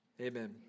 Amen